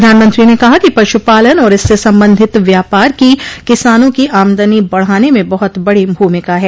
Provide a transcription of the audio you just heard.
प्रधानमंत्री ने कहा कि पशुपालन और इससे संबंधित व्यापार की किसानों की आमदनी बढ़ाने में बहुत बड़ी भूमिका है